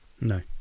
No